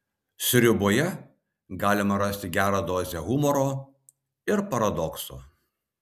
sriuboje galima rasti gerą dozę humoro ir paradokso